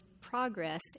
Progress